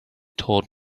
taught